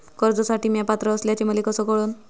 कर्जसाठी म्या पात्र असल्याचे मले कस कळन?